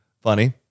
funny